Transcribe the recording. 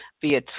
via